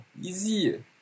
Easy